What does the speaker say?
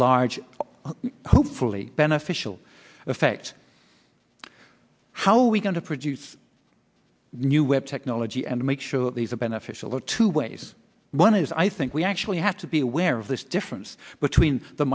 large hopefully beneficial effect how we going to produce new web technology and make sure these are beneficial are two ways one is i think we actually have to be aware of this difference between the